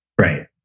Right